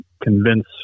convince